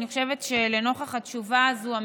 אני חושבת שלנוכח התשובה הזאת,